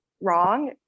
wrong